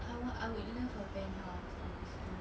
I want I would love a penthouse honestly